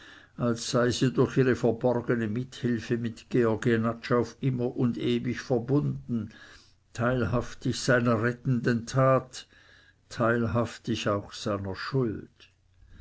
als sei sie durch ihre verborgene mithilfe mit georg jenatsch auf immer und ewig verbunden teilhaftig seiner rettenden tat teilhaftig auch seiner schuld